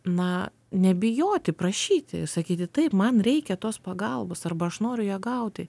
na nebijoti prašyti sakyti taip man reikia tos pagalbos arba aš noriu ją gauti